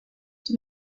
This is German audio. die